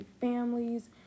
families